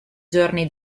giorni